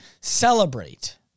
celebrate